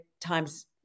times